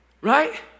right